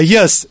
Yes